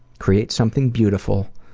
create something beautiful,